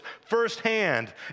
firsthand